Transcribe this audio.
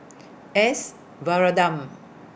S Varathan